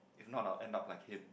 if not I'll end up like him